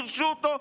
גירשו אותו,